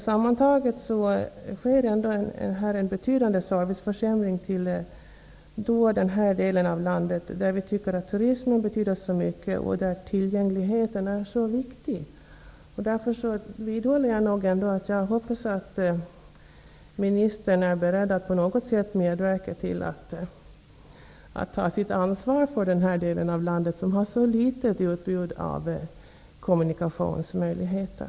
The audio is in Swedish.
Sammantaget innebär det här en betydande serviceförsämring i den här delen av landet, där turismen betyder så mycket och där tillgängligheten är så viktig. Därför vidhåller jag att jag hoppas att ministern är beredd att ta sitt ansvar för den här delen av landet, som har så litet utbud av kommunikationsmöjligheter.